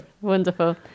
wonderful